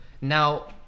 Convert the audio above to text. Now